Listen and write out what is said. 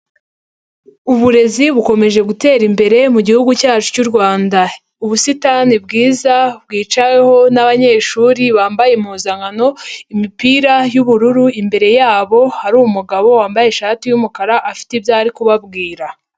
Uburezi bukomeje gutera imbere mu gihugu cyacu cy'u Rwanda. Ubusitani bwiza bwicaweho n'abanyeshuri bambaye impuzankano, imipira y'ubururu, imbere yabo hari umugabo wambaye ishati y'umukara, afite ibyo ari kubabwira.